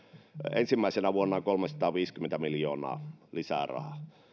ensimmäisenä vuonna sinne kolmesataaviisikymmentä miljoonaa lisää rahaa